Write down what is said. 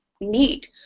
need